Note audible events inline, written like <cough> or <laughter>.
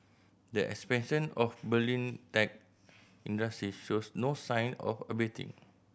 the expansion of Berlin tech <unintelligible> shows no sign of abating